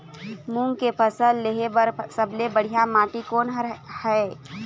मूंग के फसल लेहे बर सबले बढ़िया माटी कोन हर ये?